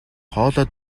хоолой